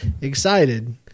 excited